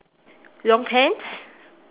long pants